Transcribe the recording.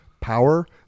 power